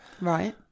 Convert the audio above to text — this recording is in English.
Right